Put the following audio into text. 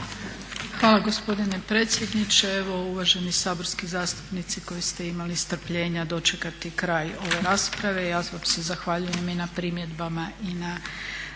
Višnja** Hvala gospodine predsjedniče. Evo uvaženi saborski zastupnici koji ste imali strpljenja dočekati kraj ove rasprave ja vam se zahvaljujem i na primjedbama i na